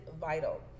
vital